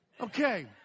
Okay